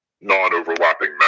non-overlapping